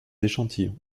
échantillons